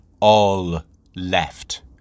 all-left